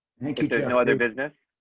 thank you. there's no other business.